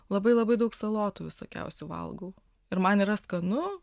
labai labai daug salotų visokiausių valgau ir man yra skanu